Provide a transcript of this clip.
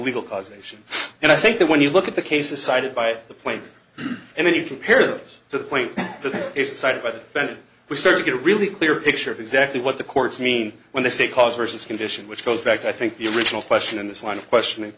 legal causation and i think that when you look at the cases cited by the plane and then you compare it to the point to the side but then we start to get a really clear picture of exactly what the courts mean when they say cause versus condition which goes back to i think the original question in this line of questioning